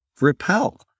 repel